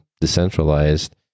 decentralized